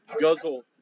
guzzle